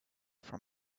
from